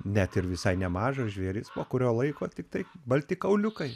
net ir visai nemažas žvėris po kurio laiko tiktai balti kauliukai